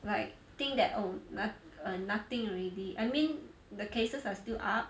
like think that oh no~ nothing already I mean the cases are still up